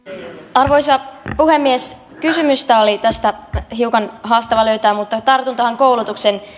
arvoisa puhemies kysymystä oli tästä hiukan haastava löytää mutta tartun tähän koulutuksen